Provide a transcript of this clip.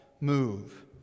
move